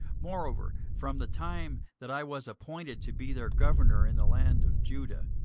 moreover from the time that i was appointed to be their governor in the land of judah,